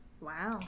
Wow